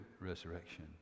resurrection